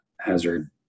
hazard